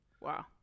Wow